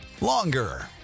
longer